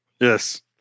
Yes